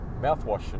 mouthwash